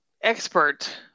expert